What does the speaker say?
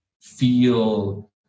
feel